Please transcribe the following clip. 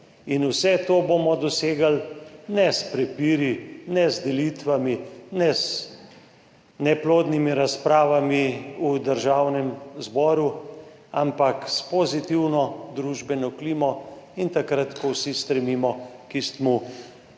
In vse to ne bomo dosegli s prepiri, delitvami, neplodnimi razpravami v Državnem zboru, ampak s pozitivno družbeno klimo in takrat, ko vsi stremimo k